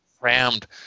crammed